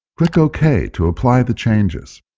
click ok to apply the changes.